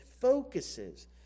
focuses